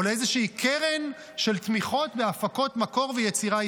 או לאיזושהי קרן של תמיכות בהפקות מקור ויצירה ישראלית.